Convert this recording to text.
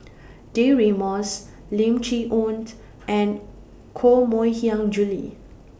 Deirdre Moss Lim Chee Onn and Koh Mui Hiang Julie